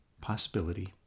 Possibility